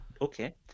Okay